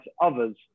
others